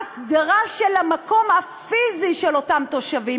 הסדרה של המקום הפיזי של אותם תושבים.